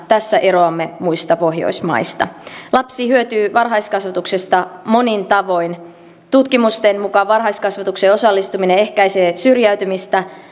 tässä eroamme muista pohjoismaista lapsi hyötyy varhaiskasvatuksesta monin tavoin tutkimusten mukaan varhaiskasvatukseen osallistuminen ehkäisee syrjäytymistä